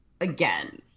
again